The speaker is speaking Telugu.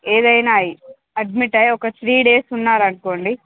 ఏదైనా అయ్యి అడ్మిట్ అయ్యి ఒక త్రీ డేస్ ఉన్నారు అనుకోండి